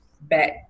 back